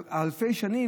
אלפי שנים.